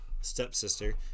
stepsister